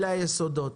אלה היסודות.